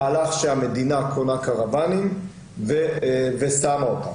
למהלך שהמדינה קונה קרוואנים ושמה אותם.